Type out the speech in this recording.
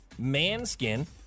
Manskin